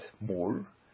more